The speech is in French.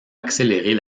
accélérer